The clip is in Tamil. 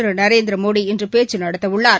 திருநரேந்திரமோடி இன்றுபேச்சுநடத்தவுள்ளார்